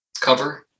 cover